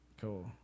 Cool